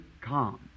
calm